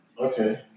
Okay